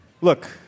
Look